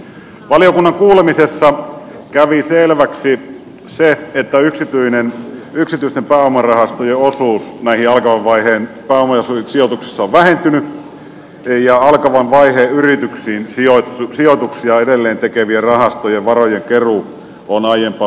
valiokunnan kuulemisessa kävi selväksi se että yksityisten pääomarahastojen osuus näissä alkavan vaiheen pääomasijoituksissa on vähentynyt ja alkavan vaiheen yrityksiin sijoituksia edelleen tekevien rahastojen varojenkeruu on aiempaa vaikeampaa